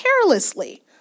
carelessly